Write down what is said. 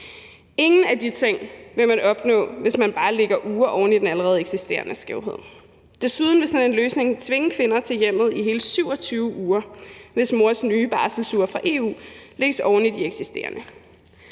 Ingen af de ting vil man opnå, hvis man bare lægger uger oven i den allerede eksisterende skævhed. Desuden vil sådan en løsning tvinge kvinder til hjemmet i hele 27 uger, hvis mors nye barselsuger fra EU lægges oven i de eksisterende.